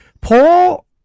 Paul